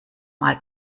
mal